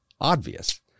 obvious